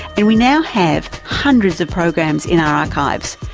and we now have hundreds of programs in our archives,